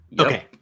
Okay